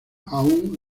aún